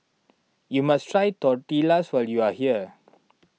you must try Tortillas when you are here